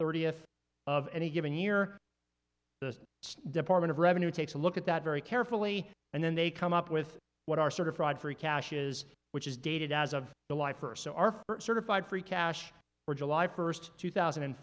thirtieth of any given year the department of revenue takes a look at that very carefully and then they come up with what our sort of fraud free cash is which is dated as of the life or so our first certified free cash for july first two thousand and